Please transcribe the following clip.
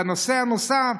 והנושא הנוסף,